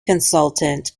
consultant